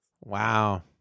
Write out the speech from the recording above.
Wow